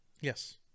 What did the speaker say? Yes